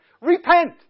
repent